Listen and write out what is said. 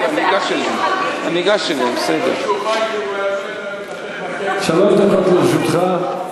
שלוש דקות לרשותך.